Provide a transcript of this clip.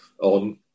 on